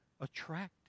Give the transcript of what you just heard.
attractive